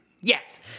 Yes